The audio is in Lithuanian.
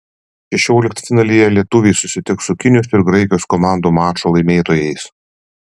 šešioliktfinalyje lietuviai susitiks su kinijos ir graikijos komandų mačo laimėtojais